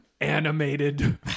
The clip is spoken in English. animated